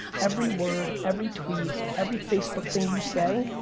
every word, every tweet, every facebook thing you say,